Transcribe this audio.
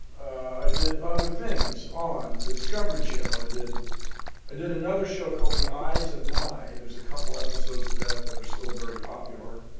i did other things on the discovery channel. i did i did another show called the eyes of nye. there's a couple episodes of that that are still very popular.